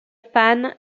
fan